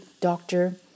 doctor